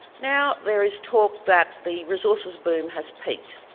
now there is talk that the resources boom has peaked.